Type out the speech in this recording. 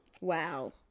wow